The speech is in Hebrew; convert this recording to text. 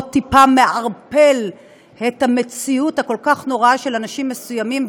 או טיפה מערפל את המציאות הכל-כך נוראה של אנשים מסוימים,